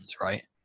right